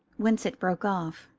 winsett broke off,